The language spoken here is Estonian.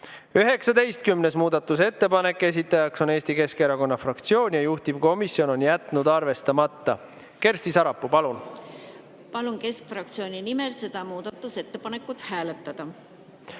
19. muudatusettepanek, esitaja on Eesti Keskerakonna fraktsioon, juhtivkomisjon on jätnud arvestamata. Kersti Sarapuu, palun! Palun keskfraktsiooni nimel seda muudatusettepanekut hääletada.